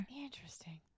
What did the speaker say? Interesting